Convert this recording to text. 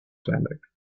climate